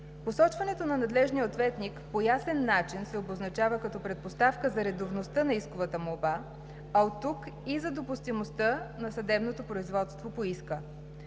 Посочването на надлежния ответник по ясен начин се обозначава като предпоставка за редовността на исковата молба, а оттук и за допустимостта на съдебното производство по иска.